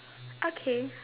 okay